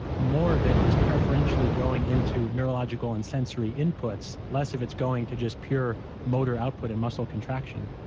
more of it is preferentially going into neurological and sensory inputs. less of it's going to just pure motor output and muscle contraction.